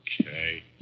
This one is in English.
Okay